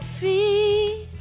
feet